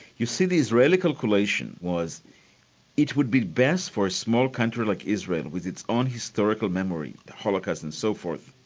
you see, the israeli calculation was it would be best for a small country like israel, with its own historical memory, the holocaust and so forth,